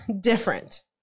different